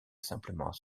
simplement